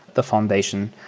the foundation,